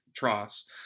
Tross